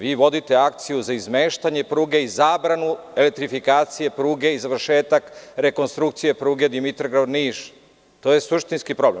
Vodite akciju za izmeštanje pruge i zabranu elektrifikacije pruge i završetak rekonstrukcije pruge Dimitrovgrad-Niš to je suštinski program.